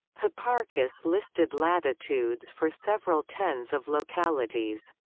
hipparchus listed latitudes for several tens of localities.